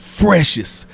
freshest